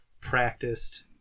practiced